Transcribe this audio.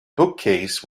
bookcase